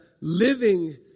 living